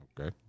Okay